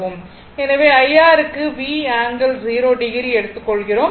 எனவே IR க்கு V ∠0o எடுத்துக் கொள்கிறோம்